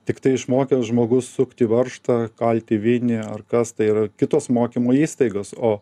tiktai išmokęs žmogus sukti varžtą kalti vinį ar kas tai yra kitos mokymo įstaigos o